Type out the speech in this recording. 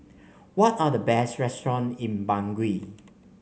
what are the best restaurant in Bangui